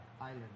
Island